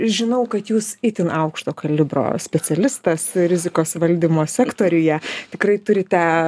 žinau kad jūs itin aukšto kalibro specialistas rizikos valdymo sektoriuje tikrai turite